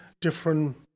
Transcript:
different